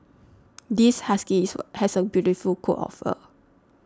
this husky has a beautiful coat of fur